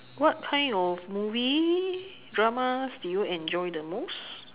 what kind of movie dramas do you enjoy the most